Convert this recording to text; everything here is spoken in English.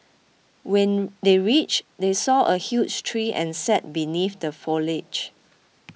when they reached they saw a huge tree and sat beneath the foliage